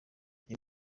uyu